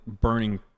burning